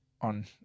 on